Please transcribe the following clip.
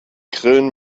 grillen